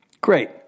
Great